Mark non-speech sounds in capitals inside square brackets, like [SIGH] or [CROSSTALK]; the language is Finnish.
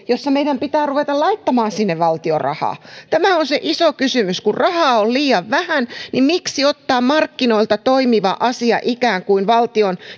[UNINTELLIGIBLE] jossa meidän pitää ruveta laittamaan sinne valtion rahaa tämä on se iso kysymys kun rahaa on liian vähän niin miksi ottaa markkinoilta toimiva asia ikään kuin valtion